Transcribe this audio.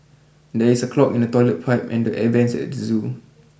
there is a clog in the toilet pipe and the air vents at the zoo